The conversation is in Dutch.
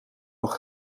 nog